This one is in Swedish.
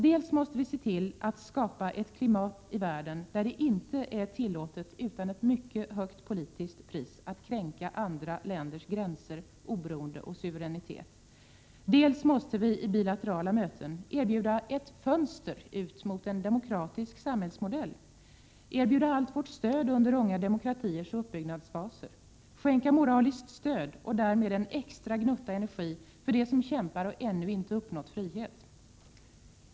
Dels måste vi se till att skapa ett klimat i världen där det inte är tillåtet utan ett mycket högt politiskt pris att kränka andra länders gränser, oberoende och suveränitet, dels måste vi i bilaterala möten erbjuda ett fönster till en demokratisk samhällsmodell, erbjuda allt vårt stöd under unga demokratiers uppbyggnadsfaser, skänka moraliskt stöd och därmed en extra gnutta energi till dem som kämpar och ännu inte uppnått frihet.